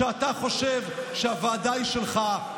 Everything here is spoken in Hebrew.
שאתה חושב שהוועדה היא שלך,